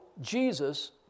Jesus